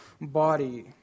body